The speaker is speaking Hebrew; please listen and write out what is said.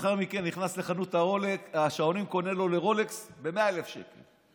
ולאחר מכן נכנס לחנות השעונים וקונה לו רולקס ב-100,000 שקל.